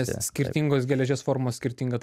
skirtingos geležies formos skirtingą